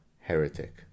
heretic